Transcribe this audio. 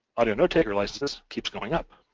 audio notetaker licences keeps going up.